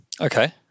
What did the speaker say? okay